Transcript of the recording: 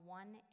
one